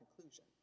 conclusion